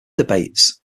debates